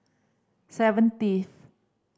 seventieth